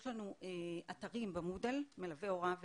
יש לנו אתרים ב-moodle, מלווי הוראה ולמידה,